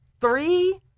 three